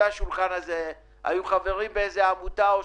היו שם עשרים-שלושים איש.